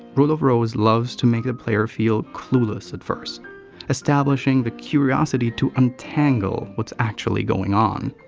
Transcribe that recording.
rule of rose loves to make the player feel clueless at first establishing the curiosity to untangle what's actually going on.